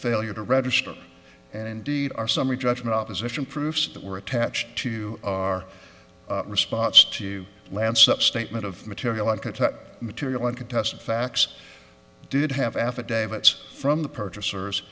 failure to register and indeed our summary judgment opposition proofs that were attached to our response to lance up statement of material material uncontested facts did have affidavits from the purchasers